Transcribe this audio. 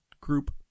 group